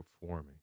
performing